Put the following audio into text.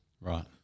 Right